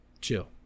chill